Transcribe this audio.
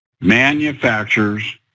Manufacturers